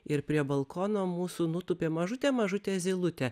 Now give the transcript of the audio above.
ir prie balkono mūsų nutūpė mažutė mažutė zylutė